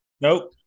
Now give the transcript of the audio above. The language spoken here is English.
Nope